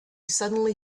suddenly